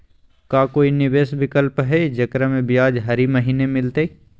का कोई निवेस विकल्प हई, जेकरा में ब्याज हरी महीने मिलतई?